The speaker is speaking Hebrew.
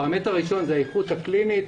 הפרמטר הראשון הוא האיכות הקלינית.